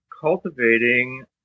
cultivating